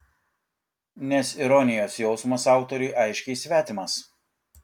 nes ironijos jausmas autoriui aiškiai svetimas